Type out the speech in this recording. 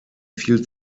viel